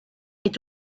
est